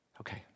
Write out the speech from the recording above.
Okay